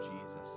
Jesus